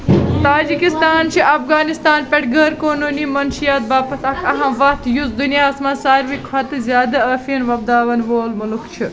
Tajikistan چھِ افغانستان پٮ۪ٹھٕ غٲر قونوٗنی منشِیات باپتھ اکھ اَہَم وَتھ یُس دُنیاہَس منٛز سارِوٕے کھۄتہٕ زیادٕ ٲفین وۄپداوَن وول مُلک چھُ